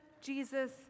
Jesus